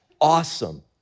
Awesome